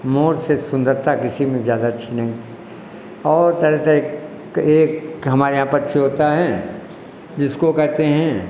मोर से सुन्दरता किसी में ज़्यादा अच्छी नहीं और तरह तरह के एक हमारे यहाँ पक्षी होता है जिसको कहते हैं